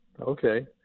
Okay